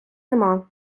немає